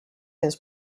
his